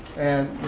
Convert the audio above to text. and,